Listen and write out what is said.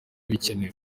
bikenewe